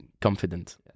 confident